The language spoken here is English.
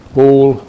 ball